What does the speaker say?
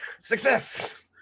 Success